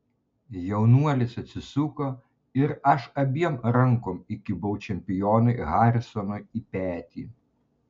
jaunuolis atsisuko ir aš abiem rankom įkibau čempionui harisonui į petį